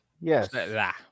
yes